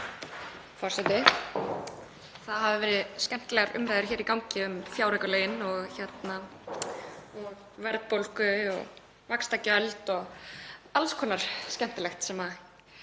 Það hafa verið skemmtilegar umræður í gangi um fjáraukalögin, verðbólgu og vaxtagjöld og alls konar skemmtilegt sem ég